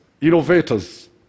innovators